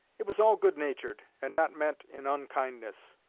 it was all good-natured, and not meant in unkindness.